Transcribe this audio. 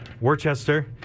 Worcester